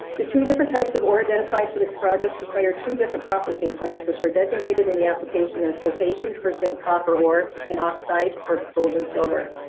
the two different types of ore identified for this project require two different processing plants which are designated in the application as flotation for zinc copper ore and oxide for gold and silver.